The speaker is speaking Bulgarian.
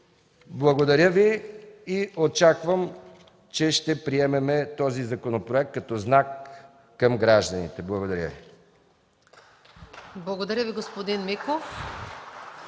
Благодаря. Очаквам, че ще приемем този законопроект като знак към гражданите. (Частични